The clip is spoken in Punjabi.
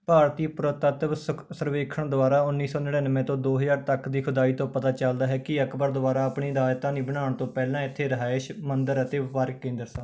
ਭਾਰਤੀ ਪੁਰਾਤੱਤਵ ਸਰ ਸਰਵੇਖਣ ਦੁਆਰਾ ਉੱਨੀ ਸੌ ਨੜ੍ਹਿਨਵੇਂ ਤੋੋਂ ਦੋ ਹਜ਼ਾਰ ਤੱਕ ਦੀ ਖੁਦਾਈ ਤੋਂ ਪਤਾ ਚਲਦਾ ਹੈ ਕਿ ਅਕਬਰ ਦੁਆਰਾ ਆਪਣੀ ਰਾਜਧਾਨੀ ਬਣਾਉਣ ਤੋਂ ਪਹਿਲਾਂ ਇੱਥੇ ਰਿਹਾਇਸ਼ ਮੰਦਰ ਅਤੇ ਵਪਾਰਕ ਕੇਂਦਰ ਸਨ